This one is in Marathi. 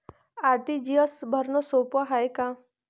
आर.टी.जी.एस भरनं सोप हाय का?